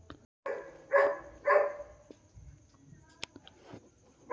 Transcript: अभी कोई सामाजिक योजना आयल है जेकर लाभ हम उठा सकली ह?